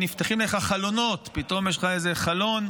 ונפתחים לך חלונות, פתאום יש לך איזה חלון,